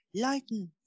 lighten